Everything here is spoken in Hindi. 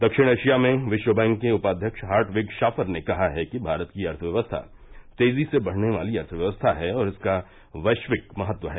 दक्षिण एशिया में विश्व बैंक के उपाध्यक्ष हार्टविग शाफर ने कहा कि भारत की अर्थव्यवस्था तेजी से बढ़ने वाली अर्थव्यवस्था है और इसका वैश्विक महत्व है